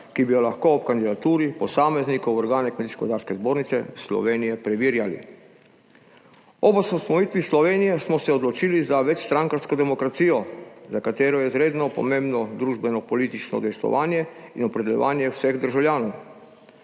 ki bi jo lahko ob kandidaturi posameznikov v organe Kmetijsko gozdarske zbornice Slovenije preverjali. Ob osamosvojitvi Slovenije smo se odločili za večstrankarsko demokracijo, za katero je izredno pomembno družbenopolitično udejstvovanje in opredeljevanje vseh državljanov.